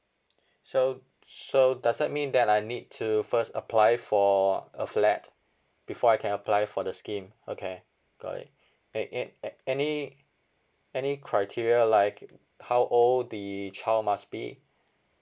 so so does it mean that I need to first apply for a flat before I can apply for the scheme okay got it and a~ and any any criteria like uh how old the child must be